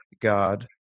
God